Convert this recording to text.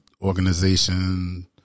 Organization